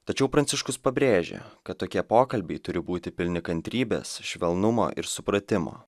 tačiau pranciškus pabrėžia kad tokie pokalbiai turi būti pilni kantrybės švelnumo ir supratimo